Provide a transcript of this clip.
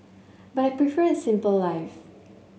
but I prefer a simple life